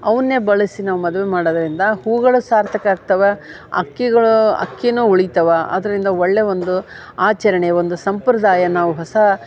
ಅವನ್ನೆ ಬಳಸಿ ನಾವು ಮದುವೆ ಮಾಡೊದರಿಂದ ಹೂಗಳು ಸಾರ್ಥಕ ಆಗ್ತವ ಅಕ್ಕಿಗಳು ಅಕ್ಕಿನೂ ಉಳಿತಾವ ಅದರಿಂದ ಒಳ್ಳೆಯ ಒಂದು ಆಚರಣೆ ಒಂದು ಸಂಪ್ರದಾಯ ನಾವು ಹೊಸ